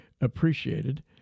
appreciated